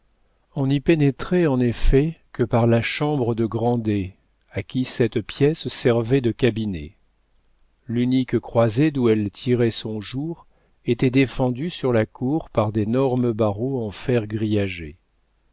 on n'y pénétrait en effet que par la chambre de grandet à qui cette pièce servait de cabinet l'unique croisée d'où elle tirait son jour était défendue sur la cour par d'énormes barreaux en fer grillagés